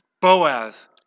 Boaz